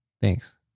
thanks